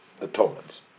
atonements